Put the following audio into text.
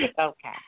Okay